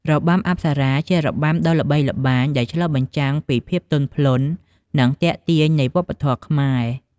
របាំអប្សរា ជារបាំដ៏ល្បីល្បាញ ដែលឆ្លុះបញ្ចាំងពីភាពទន់ភ្លន់ និងទាក់ទាញនៃវប្បធម៌ខ្មែរ។